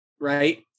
right